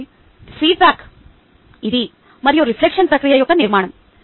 కాబట్టి ఇది ఫీడ్బ్యాక్ మరియు రిఫ్లెక్షన్ ప్రక్రియ యొక్క నిర్మాణం